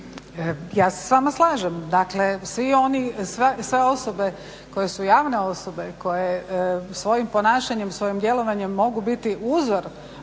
Ja se s vama slažem. Dakle, svi oni, sve osobe koje su javne osobe, koje svojim ponašanje, svojim djelovanjem mogu biti uzor